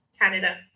Canada